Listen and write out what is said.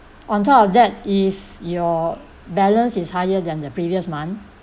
on top of that if your balance is higher than the previous month